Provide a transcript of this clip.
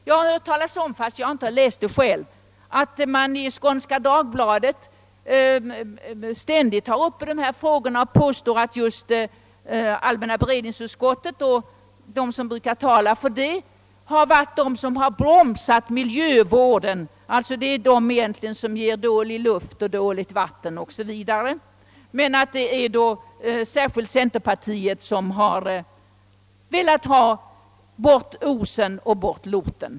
Jag har hört talas om — jag har inte läst det själv — att man i Skånska Dagbladet ofta påstår att just allmänna beredningsutskottet och de, som brukar tala för detta utskott, varit bromsar för miljövården och att det egentligen är de som orsakar dålig luft, dåligt vatten o.s.v. medan det är särskilt centerpartiet som vill ha bort oset och lorten.